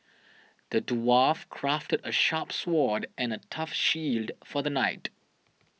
the dwarf crafted a sharp sword and a tough shield for the knight